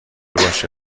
باشه